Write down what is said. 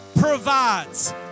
provides